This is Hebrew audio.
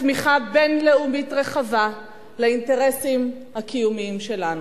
תמיכה בין-לאומית רחבה באינטרסים הקיומיים שלנו,